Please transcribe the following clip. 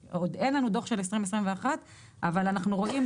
עדיין אין לנו דוח של 2021. אבל גם בפניות